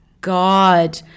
God